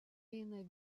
eina